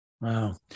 Wow